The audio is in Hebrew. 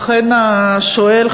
אכן השואל,